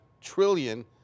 trillion